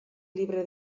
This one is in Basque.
libre